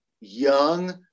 young